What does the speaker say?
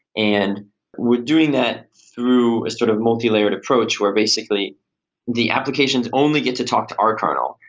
and we're doing that through a sort of multi-layered approach, where basically the applications only get to talk to our kernel.